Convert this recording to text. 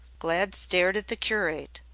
glad stared at the curate.